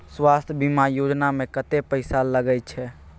स्वास्थ बीमा योजना में कत्ते पैसा लगय छै?